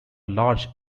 large